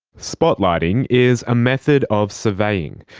spotlighting is a method of surveying.